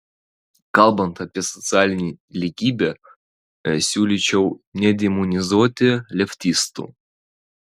kalbant apie socialinę lygybę siūlyčiau nedemonizuoti leftistų